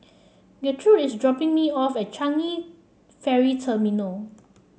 Gertrude is dropping me off at Changi Ferry Terminal